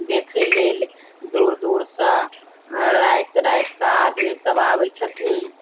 देखै लेल दूर दूरसँ राति राति कऽ आदमी सब आबै छथिन